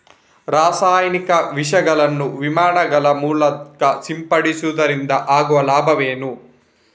ರಾಸಾಯನಿಕ ವಿಷಗಳನ್ನು ವಿಮಾನಗಳ ಮೂಲಕ ಸಿಂಪಡಿಸುವುದರಿಂದ ಆಗುವ ಲಾಭವೇನು?